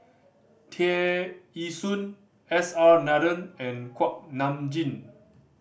Tear Ee Soon S R Nathan and Kuak Nam Jin